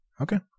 Okay